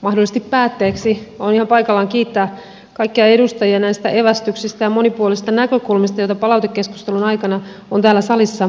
mahdollisesti päätteeksi on ihan paikallaan kiittää kaikkia edustajia näistä evästyksistä ja monipuolisista näkökulmista joita palautekeskustelun aikana on täällä salissa esitetty